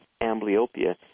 amblyopia